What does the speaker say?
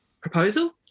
proposal